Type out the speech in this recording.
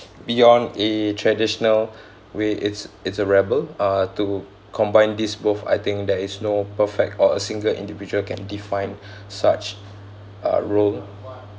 beyond a traditional way it's it's a rebel uh to combine these both I think there is no perfect or a single individual can define such uh role